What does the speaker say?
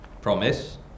Promise